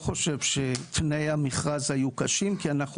אני לא חושב שתנאי המכרז היו קשים כי אנחנו